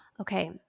Okay